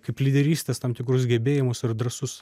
kaip lyderystės tam tikrus gebėjimus ir drąsus